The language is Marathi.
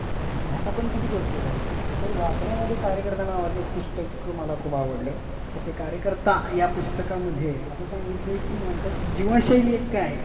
अभ्यास आपण किती करतो तर वाचनामध्ये कार्यकर्ता नावाचं एक पुस्तक मला खूप आवडलं तर ते कार्यकर्ता या पुस्तकामध्ये असं सांगितलं आहे की माणसाची जीवनशैली एक काय